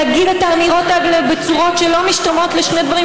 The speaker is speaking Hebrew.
להגיד את האמירות האלה בצורות שלא משתמעות לשתי פנים,